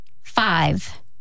five